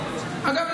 אגב,